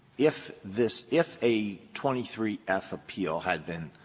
if this if a twenty three f appeal had been